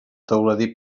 teuladí